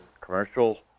Commercial